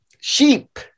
Sheep